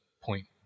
point